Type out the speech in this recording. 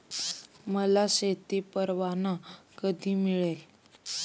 मला शेती परवाना कधी मिळेल?